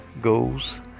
goes